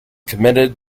committed